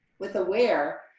with aware,